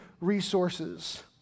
resources